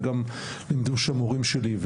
וגם לימדו שם מורים שלי.